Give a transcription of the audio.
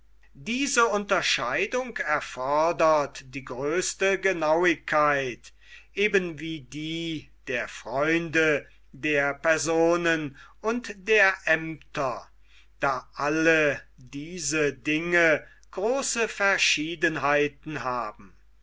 diese unterscheidung erfordert die größte genauigkeit eben wie die der freunde der personen und der aemter da alle diese dinge große verschiedenheiten haben